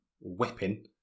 whipping